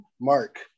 mark